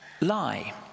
lie